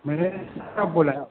manager साहब बोल रहे आप